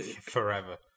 Forever